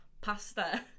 pasta